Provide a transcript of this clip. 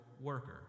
worker